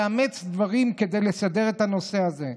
לאמץ דברים כדי לסדר את הנושא הזה.